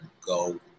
go